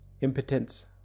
impotence